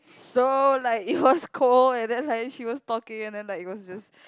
so like it was cold and then like she was talking and then like it was just